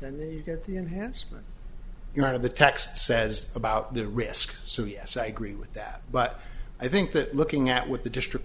then they get the enhancement you're out of the text says about the risk so yes i agree with that but i think that looking at what the district